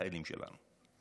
בחיילים שלנו.